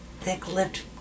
thick-lipped